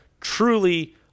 truly